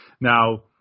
Now